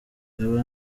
aba